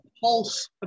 pulse